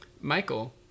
Michael